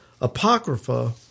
Apocrypha